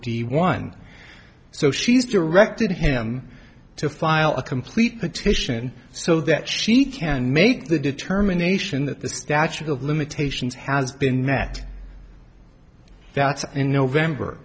d one so she's directed him to file a complete petition so that she can make the determination that the statute of limitations has been met in november